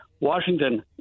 Washington